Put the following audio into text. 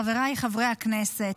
חבריי חברי הכנסת,